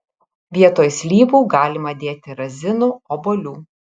vietoj slyvų galima dėti razinų obuolių